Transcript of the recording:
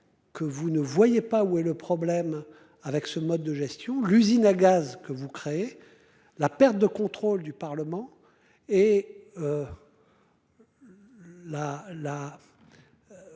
Que vous ne voyez pas où est le problème avec ce mode de gestion. L'usine à gaz que vous créez. La perte de contrôle du Parlement et.